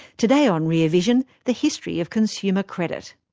today on rear vision, the history of consumer credit.